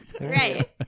Right